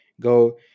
go